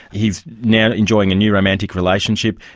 he is now enjoying a new romantic relationship.